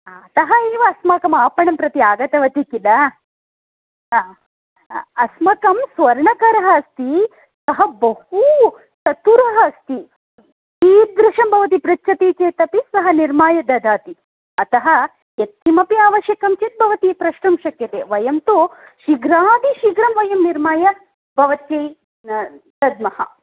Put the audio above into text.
हा अतः एव अस्माकम् आपणं प्रति आगतवती किल हा अस्माकं स्वर्णकारः अस्ति सः बहुचतुरः अस्ति कीदृशं भवती पृच्छति चेदपि सः निर्माय ददाति अतः यत्किमपि आवश्यकं चेत् भवती पृष्टुं शक्यते वयं तु शीघ्रातिशीघ्रं वयं निर्माय भवत्यै दद्मः